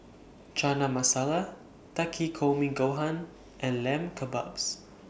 Chana Masala Takikomi Gohan and Lamb Kebabs